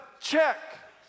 check